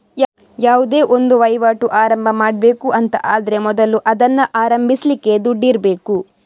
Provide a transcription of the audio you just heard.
ಯಾವುದೇ ಒಂದು ವೈವಾಟು ಆರಂಭ ಮಾಡ್ಬೇಕು ಅಂತ ಆದ್ರೆ ಮೊದಲು ಅದನ್ನ ಆರಂಭಿಸ್ಲಿಕ್ಕೆ ದುಡ್ಡಿರ್ಬೇಕು